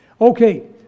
Okay